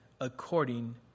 according